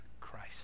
Christ